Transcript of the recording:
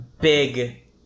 big